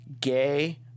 gay